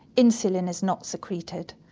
insulin is not secreted,